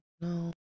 no